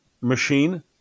machine